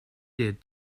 did